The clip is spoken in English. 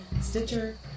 Stitcher